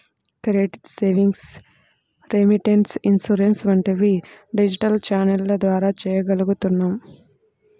credit, savings, remittance, insurance వంటివి digital ఛానెల్ల ద్వారా చెయ్యగలుగుతున్నాం